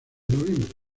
noviembre